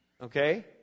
okay